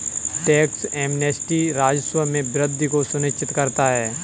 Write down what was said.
tax amnesty राजस्व में वृद्धि को सुनिश्चित करता है